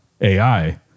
AI